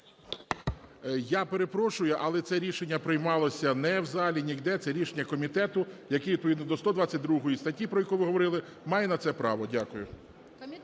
Я перепрошую, але це рішення приймалося не в залі, ніде, це рішення приймалося комітету, який відповідно до 122 статті, про яку ви говорили, має на це право. Дякую.